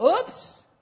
Oops